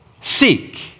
seek